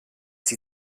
die